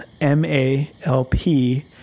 M-A-L-P